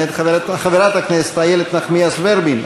מאת חברת הכנסת איילת נחמיאס ורבין.